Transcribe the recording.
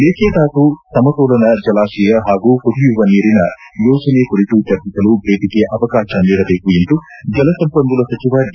ಮೇಕೆದಾಟು ಸಮತೋಲನ ಜಲಾಶಯ ಹಾಗೂ ಕುಡಿಯುವ ನೀರಿನ ಯೋಜನೆ ಕುರಿತು ಚರ್ಚಿಸಲು ಭೇಟಗೆ ಅವಕಾಶ ನೀಡಬೇಕು ಎಂದು ಜಲಸಂಪನ್ನೂಲ ಸಚಿವ ಡಿ